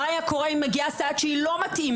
מה היה קורה אם הייתה מגיעה סייעת לא מתאימה?